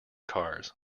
cars